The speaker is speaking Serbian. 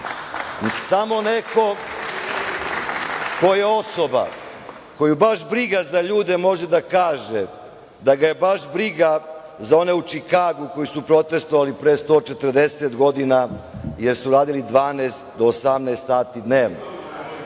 Samo neko ko je osoba koju baš briga za ljude može da kaže da ga je baš briga za one u Čikagu koji su protestovali pre 140 godina, jer su radili 12 do 18 sati dnevno.